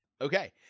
Okay